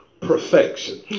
perfection